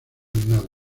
nada